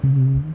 mm